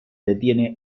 detiene